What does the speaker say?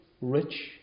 rich